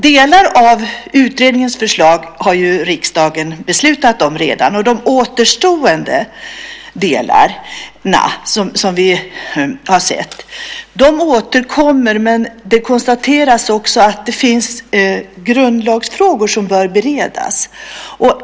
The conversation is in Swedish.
Delar av utredningens förslag har ju riksdagen beslutat om redan, och de återstående delarna som vi har sett återkommer. Men det konstateras också att det finns grundlagsfrågor som bör beredas.